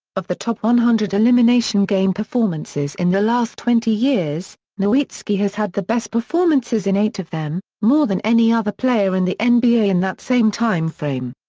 of the top one hundred elimination game performances in the last twenty years, nowitzki has had the best performances in eight of them, more than any other player in the and nba in that same time frame.